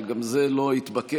אבל גם זה לא התבקש.